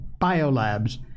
biolabs